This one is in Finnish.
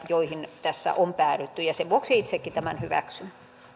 joihin tässä on päädytty ja sen vuoksi itsekin tämän hyväksyn